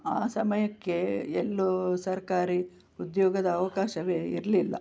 ಆ ಸಮಯಕ್ಕೆ ಎಲ್ಲೂ ಸರ್ಕಾರಿ ಉದ್ಯೋಗದ ಅವಕಾಶವೇ ಇರಲಿಲ್ಲ